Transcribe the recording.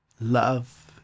love